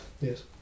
Yes